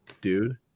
dude